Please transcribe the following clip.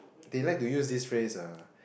they like to use this phrase uh